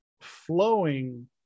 flowing